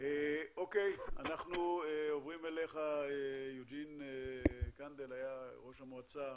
נעבור אליך יוג'ין קנדל, ראש המועצה